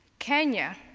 kenya